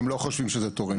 הם לא חושבים שזה תורם.